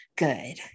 Good